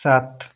ସାତ